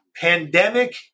pandemic